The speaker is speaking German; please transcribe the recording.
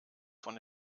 von